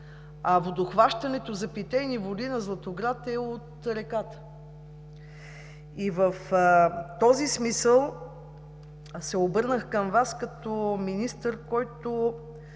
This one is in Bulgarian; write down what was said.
а водохващането за питейни води на Златоград е от реката? В този смисъл се обърнах към Вас, като към министър, който